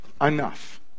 enough